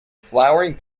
flowering